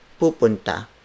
pupunta